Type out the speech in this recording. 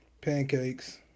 Pancakes